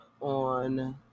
on